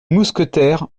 mousquetaires